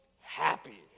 happy